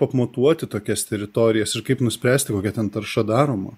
apmatuoti tokias teritorijas ir kaip nuspręsti kokia ten tarša daroma